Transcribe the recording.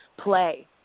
play